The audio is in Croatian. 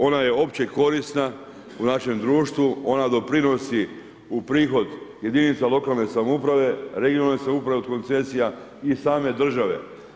Ona je opće korisna u našem društvu, ona doprinosi u prihod jedinica lokalne samouprave, regionalne samouprave od koncesija i same države.